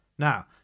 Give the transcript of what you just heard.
Now